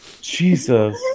Jesus